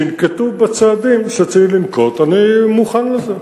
שינקטו צעדים שצריך לנקוט, אני מוכן לזה.